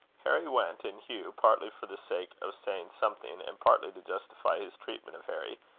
harry went and hugh, partly for the sake of saying something, and partly to justify his treatment of harry,